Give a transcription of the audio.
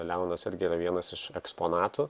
leonas irgi yra vienas iš eksponatų